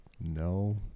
no